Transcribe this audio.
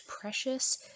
precious